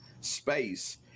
space